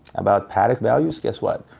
about patek values? guess what.